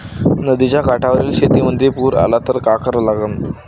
नदीच्या काठावरील शेतीमंदी पूर आला त का करा लागन?